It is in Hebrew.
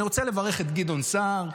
אני רוצה לברך את גדעון סער,